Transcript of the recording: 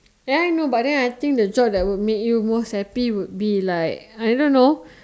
ya I know but then I think the job that will make you most happy would be like I don't know